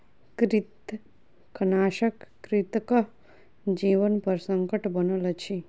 कृंतकनाशक कृंतकक जीवनपर संकट बनल अछि